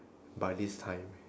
by this time